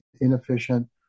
inefficient